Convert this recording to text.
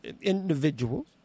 individuals